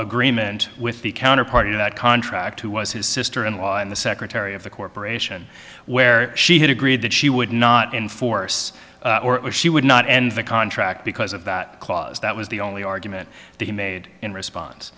agreement with the counterpart of that contract who was his sister in law and the secretary of the corporation where she had agreed that she would not enforce or she would not end the contract because of that clause that was the only argument to be made in response